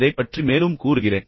இதைப் பற்றி மேலும் கூறுகிறேன்